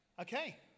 Okay